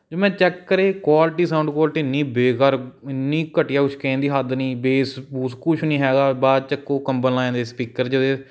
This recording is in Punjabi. ਅਤੇ ਮੈਂ ਚੈੱਕ ਕਰੇ ਕੁਆਲਟੀ ਸਾਊਂਡ ਕੁਆਲਿਟੀ ਇੰਨੀ ਬੇਕਾਰ ਇੰਨੀ ਘਟੀਆ ਕੁਛ ਕਹਿਣ ਦੀ ਹੱਦ ਨਹੀਂ ਬੇਸ ਬੂਸ ਕੁਛ ਨਹੀਂ ਹੈਗਾ ਬਾਜ ਚੱਕੋ ਕੰਬਣ ਲੱਗ ਜਾਂਦੇ ਸਪੀਕਰ ਜਿਹੇ ਉਹਦੇ